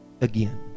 again